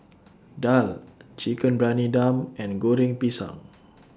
Daal Chicken Briyani Dum and Goreng Pisang